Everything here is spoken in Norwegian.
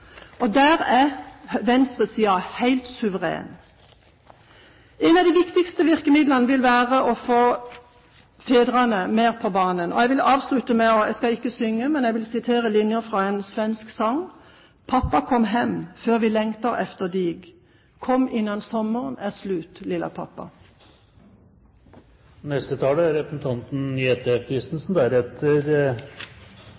Der er venstresiden helt suveren. Et av de viktigste virkemidlene vil være å få fedrene mer på banen. Jeg vil avslutte – jeg skal ikke synge – med å sitere noen linjer fra en svensk sang: «Pappa kom hem! För jag lengtar efter dej Kom innan sommarn er slut lilla pappa.» Me er